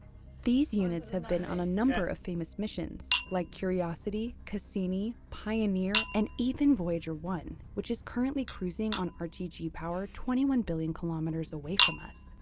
these units have been on a number of famous missions like curiosity, cassini, pioneer, and even voyager one, which is currently cruising on rtg um power twenty one billion kilometers away from us.